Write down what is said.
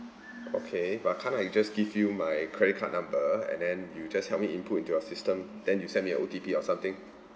okay but can't I just give you my credit card number and then you just help me input into your system then you send me a O_T_P or something